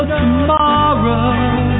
tomorrow